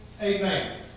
Amen